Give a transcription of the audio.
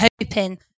hoping